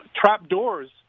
trapdoors